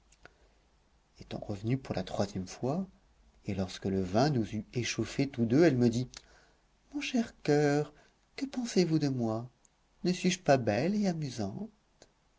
étant revenue pour la troisième fois et lorsque le vin nous eut échauffés tous deux elle me dit mon cher coeur que pensez-vous de moi ne suis-je pas belle et amusante